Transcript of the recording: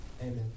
Amen